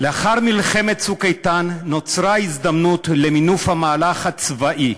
לאחר מלחמת "צוק איתן" נוצרה הזדמנות למינוף המהלך הצבאי,